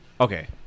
Okay